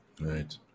Right